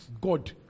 God